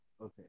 Okay